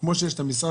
מה אתה חושב?